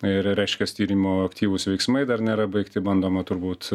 ir reiškias tyrimo aktyvūs veiksmai dar nėra baigti bandoma turbūt